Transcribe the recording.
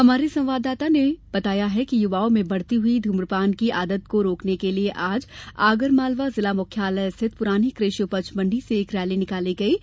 हमारे आगरमालवा संवाददाता ने बताया है कि युवाओं में बढ़ती हुई ध्र्मपान की बुरी आदत को रोकने के लिये आज जिला मुख्यालय स्थित पुरानी कृषि उपज मंडी से एक रैली निकाली गई है